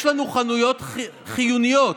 יש לנו חנויות חיוניות,